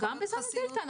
גם בזן הדלתא.